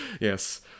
Yes